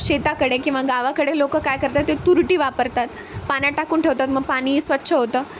शेताकडे किंवा गावाकडे लोकं काय करतात ते तुरटी वापरतात पाण्यात टाकून ठेवतात मग पाणी स्वच्छ होतं